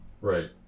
Right